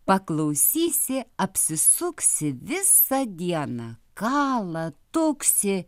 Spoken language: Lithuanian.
paklausysi apsisuksi visą dieną kala tuksi